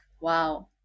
wow